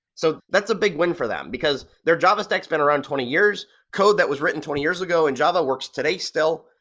so that's a big win for them, because their java tech has been around for twenty years, code that was written twenty years ago in java works today still.